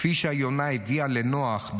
כפי שהיונה הביאה בפיה לנח,,